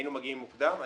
היינו מגיעים מוקדם.